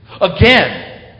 Again